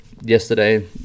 yesterday